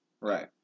right